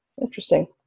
Interesting